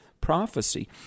prophecy